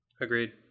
Agreed